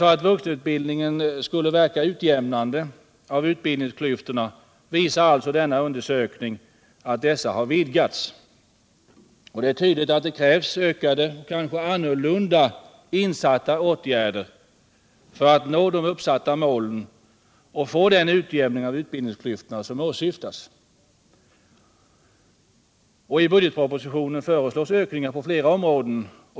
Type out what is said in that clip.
Denna undersökning visar alltså att vuxenutbildningen har vidgat utbildningsklyftorna i stället för att verka utjämnande. Det är tydligt att det krävs kraftfullare och kanske andra åtgärder för att nå de uppsatta målen och åstadkomma den utjämning av utbildningsklyftorna som åsyftas. I budgetpropositionen föreslås åtgärder på flera områden.